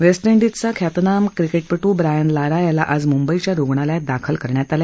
Vista डीजचा ख्यातनाम क्रिकेपिट्र ब्रायन लारा याला आज मुंबईच्या रुग्णालयात दाखल करण्यात आलं